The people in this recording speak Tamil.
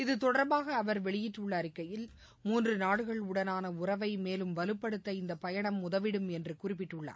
இது தொடர்பாக அவர் வெளியிட்டுள்ள அறிக்கையில் மூன்று நாடுகளுடனான உறவை மேலும் வலுப்படுத்த இந்த பயணம் உதவிடும் என்று குறிப்பிட்டுள்ளார்